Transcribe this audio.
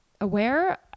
aware